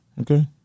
Okay